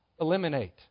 eliminate